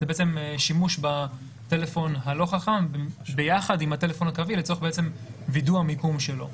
זה שימוש בטלפון הלא חכם ביחד עם הטלפון הקווי לצורך וידוא המקום שלו.